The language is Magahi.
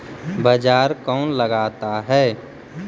बाजार कौन लगाता है?